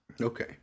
Okay